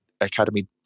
Academy